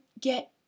get